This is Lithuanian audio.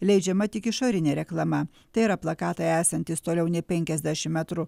leidžiama tik išorinė reklama tai yra plakatai esantys toliau nei penkiasdešim metrų